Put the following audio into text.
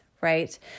right